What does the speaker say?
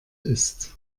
ist